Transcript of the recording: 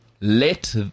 Let